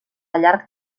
llarg